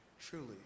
truly